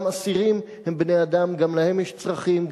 גם אסירים הם בני-אדם, גם להם יש צרכים.